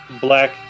black